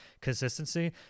consistency